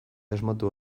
asmatu